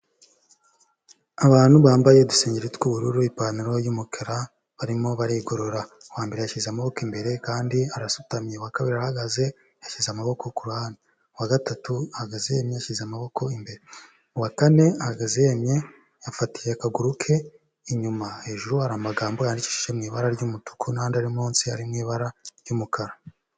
Abantu bambaye udusenge tw'ubururu ipantaro y'umukara barimo barigorora uwa mbere yashyize amaboko imbere kandi arasutamye, uwa kabiri ara ahagaze yashyize amaboko kuhande, uwa gatatu ahagaze yashyize amaboko imbere uwa kane ahagaze yemye afatiye akaguru ke inyuma hejuru hari amagambo ari mu ibara ry'umutuku ndi ari munsi arimu ibara ry'umukara.